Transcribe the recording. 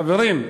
חברים,